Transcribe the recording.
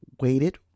waited